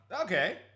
okay